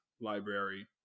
library